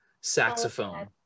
saxophone